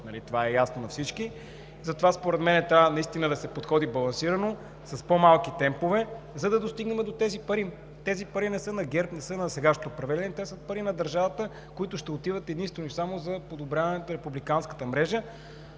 това е ясно на всички. Затова според мен трябва наистина да се подходи балансирано, с по-малки темпове, за да достигнем до тези пари. Тези пари не са на ГЕРБ, не са на сегашното управление, те са пари на държавата, които ще отиват единствено и само за подобряването на републиканската мрежа,